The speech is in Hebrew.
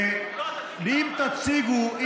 לא, תגיד כמה, כמה.